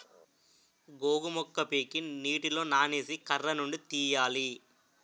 గోగు మొక్క పీకి నీటిలో నానేసి కర్రనుండి తీయాలి